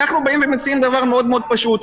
אנחנו מציעים דבר פשוט,